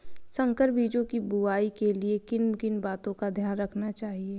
संकर बीजों की बुआई के लिए किन किन बातों का ध्यान रखना चाहिए?